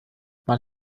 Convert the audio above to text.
man